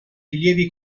rilievi